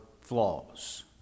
flaws